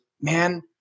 man